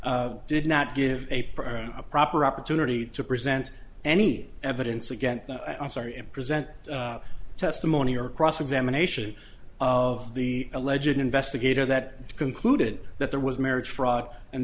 did not give a prior a proper opportunity to present any evidence against that i'm sorry in present testimony or cross examination of the alleged investigator that concluded that there was marriage fraud and